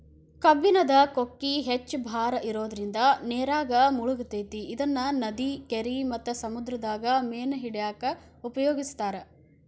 ಕಬ್ಬಣದ ಕೊಕ್ಕಿ ಹೆಚ್ಚ್ ಭಾರ ಇರೋದ್ರಿಂದ ನೇರಾಗ ಮುಳಗತೆತಿ ಇದನ್ನ ನದಿ, ಕೆರಿ ಮತ್ತ ಸಮುದ್ರದಾಗ ಮೇನ ಹಿಡ್ಯಾಕ ಉಪಯೋಗಿಸ್ತಾರ